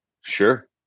Sure